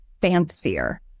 fancier